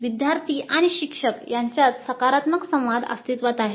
विद्यार्थी आणि शिक्षक यांच्यात सकारात्मक संवाद अस्तित्त्वात आहे